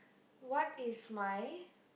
what is my